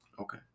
Okay